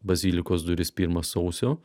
bazilikos duris pirmą sausio